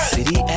City